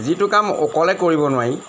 যিটো কাম অকলে কৰিব নোৱাৰি